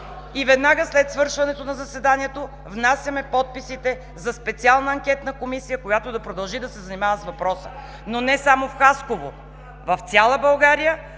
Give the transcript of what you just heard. и веднага след свършването на заседанието внасяме подписите за специална анкетна комисия, която да продължи да се занимава с въпроса, но не само в Хасково. В цяла България